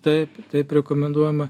taip taip rekomenduojama